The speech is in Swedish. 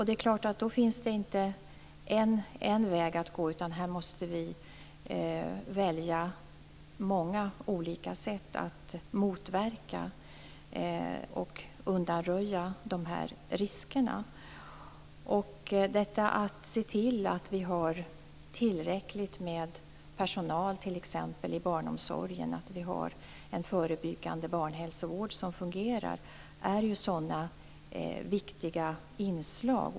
Det är klart att då finns det inte en väg att gå, utan här måste vi välja många olika sätt att motverka och undanröja dessa risker. Detta att se till att det finns tillräckligt med personal i barnomsorgen och en förebyggande barnhälsovård som fungerar är sådana viktiga inslag.